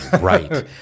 right